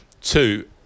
Two